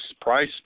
price